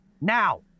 Now